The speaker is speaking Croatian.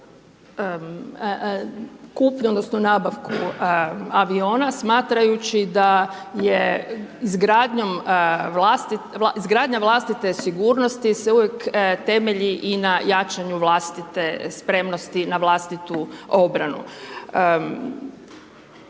kupnju odnosno nabavku aviona smatrajući da je izgradnja vlastite sigurnosti se uvijek temelji i na jačanju vlastite spremnosti na vlastitu obranu.